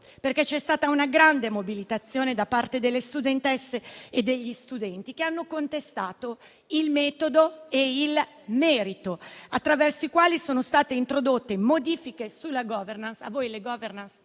C'è stata una grande mobilitazione da parte delle studentesse e degli studenti, che hanno contestato il metodo e il merito attraverso i quali sono state introdotte modifiche sulla *governance*